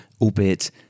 albeit